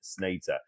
Snater